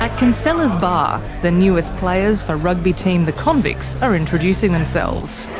ah kinselas bar, the newest players for rugby team the convicts are introducing themselves.